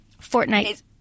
Fortnite